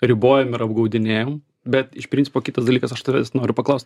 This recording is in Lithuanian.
ribojam ir apgaudinėjam bet iš principo kitas dalykas aš tavęs noriu paklaust